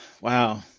wow